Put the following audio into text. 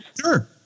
Sure